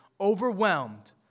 overwhelmed